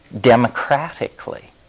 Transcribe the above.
democratically